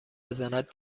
بزند